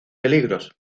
peligros